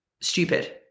stupid